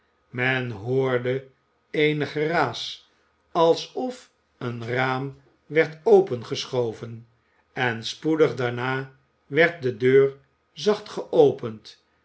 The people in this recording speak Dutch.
men hoorde eenig geraas alsof een raam werd opgeschoven en spoedig daarna werd de deur zacht geopend